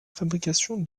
fabrication